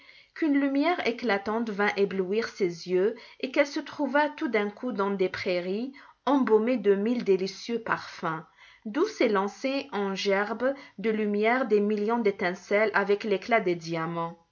qu'une lumière éclatante vint éblouir ses yeux et qu'elle se trouva tout d'un coup dans des prairies embaumées de mille délicieux parfums d'où s'élançaient en gerbes de lumière des millions d'étincelles avec l'éclat des diamants